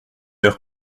heure